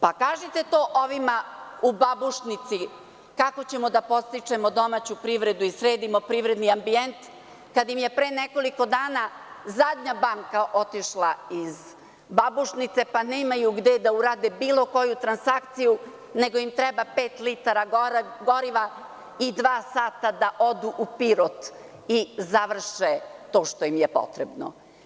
Pa, kažite to ovima u Babušnici kako ćemo da podstičemo domaću privredu i sredimo privredni ambijent, kada im je pre nekoliko dana zadnja banka otišla iz Babušnice, pa nemaju gde da urade bilo koju transakciju, nego im treba pet litara goriva i dva sata da odu u Pirot i završe to što im je potrebno.